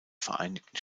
vereinigten